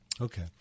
Okay